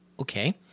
Okay